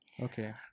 Okay